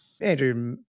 Andrew